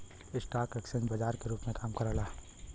stock exchange बाजार के रूप में काम करला